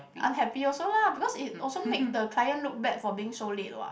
unhappy also lah because it also make the client look bad for being so late what